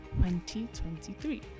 2023